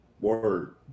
Word